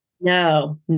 No